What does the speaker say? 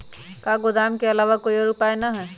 का गोदाम के आलावा कोई और उपाय न ह?